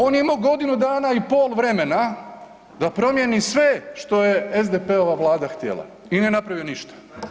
On je imo godinu dana i pol vremena da promijeni sve što je SDP-ova vlada htjela i nije napravio ništa.